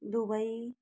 Dubai